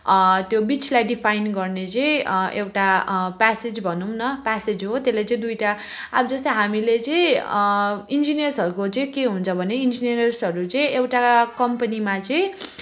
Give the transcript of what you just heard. त्यो बिचलाई डिफाइन गर्ने चाहिँ एउटा प्यासेज भनौँ न प्यासेज हो त्यसले चाहिँ दुईवटा अब जस्तै हामीले चाहिँ इन्जिनियर्सहरूको चाहिँ के हुन्छ भने इन्जिनियर्सहरू चाहिँ एउटा कम्पनीमा चाहिँ